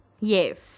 Yes